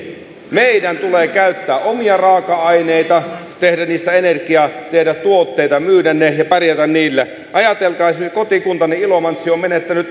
meidän tulee käyttää omia raaka aineita tehdä niistä energiaa tehdä tuotteita myydä ne ja pärjätä niillä ajatelkaa esimerkiksi kotikuntani ilomantsi on on menettänyt